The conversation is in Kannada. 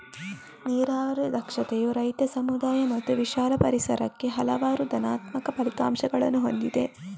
ನೀರಾವರಿ ದಕ್ಷತೆಯು ರೈತ, ಸಮುದಾಯ ಮತ್ತು ವಿಶಾಲ ಪರಿಸರಕ್ಕೆ ಹಲವಾರು ಧನಾತ್ಮಕ ಫಲಿತಾಂಶಗಳನ್ನು ಹೊಂದಿದೆ